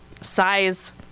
size